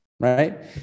Right